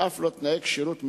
ואף לא תנאי כשירות מינימליים.